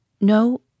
No